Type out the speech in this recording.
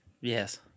Yes